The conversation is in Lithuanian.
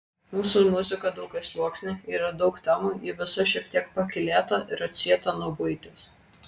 mūsų muzika daugiasluoksnė yra daug temų ji visa šiek tiek pakylėta ir atsieta nuo buities